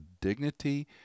dignity